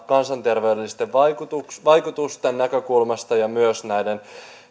kansanterveydellisten vaikutusten näkökulmasta ja myös näiden